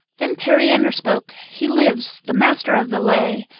then periander spoke. he lives, the master of the lay!